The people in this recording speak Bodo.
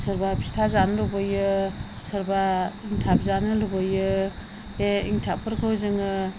सोरबा फिथा जानो लुबैयो सोरबा एन्थाब जानो लुबैयो बे एन्थाबफोरखौ जोङो